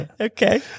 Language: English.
Okay